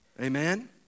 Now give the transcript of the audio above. Amen